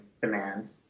demand